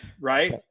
Right